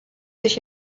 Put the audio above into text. sich